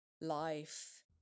life